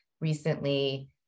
recently